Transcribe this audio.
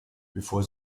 bevor